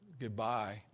goodbye